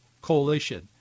coalition